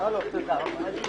בשעה